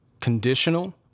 conditional